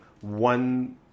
One